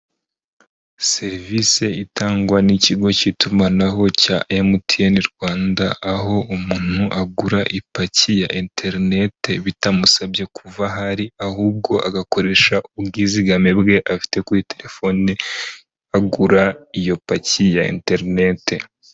Serivisi itangwa n'ikigo cy'itumanaho cya MTN Rwanda, aho umuntu agura ipaki ya interinete bitamusabye kuva aho ari ahubwo agakoresha ubwizigame bwe afite kuri telefone, agura iyo paki ya interinete.